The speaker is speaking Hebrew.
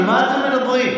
על מה אתם מדברים?